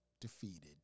defeated